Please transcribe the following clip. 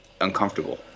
uncomfortable